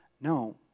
No